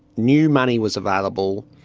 new money was available,